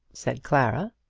said clara.